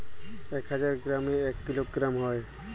এক হাজার গ্রামে এক কিলোগ্রাম হয়